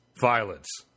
violence